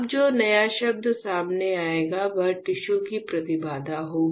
अब जो नया शब्द सामने आएगा वह टिश्यू की प्रतिबाधा होगी